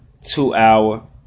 two-hour